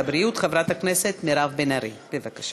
חוק ומשפט